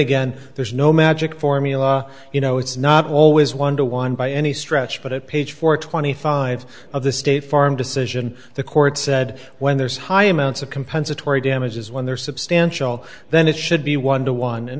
again there's no magic formula you know it's not always one to one by any stretch but it page four twenty five of the state farm decision the court said when there's high amounts of compensatory damages when there's substantial then it should be one to one